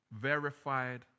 verified